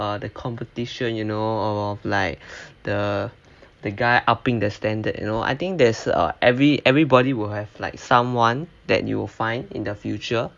err the competition you know or like the the guy uping the standard you know I think there's err every everybody will have like someone that you will find in the future